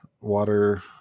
water